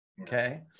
okay